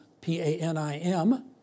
P-A-N-I-M